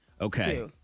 Okay